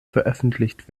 veröffentlicht